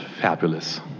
fabulous